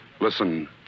Listen